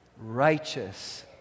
righteous